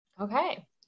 Okay